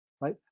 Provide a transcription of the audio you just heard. right